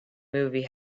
movie